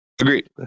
Agreed